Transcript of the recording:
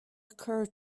occur